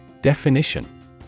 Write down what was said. Definition